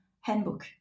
handbook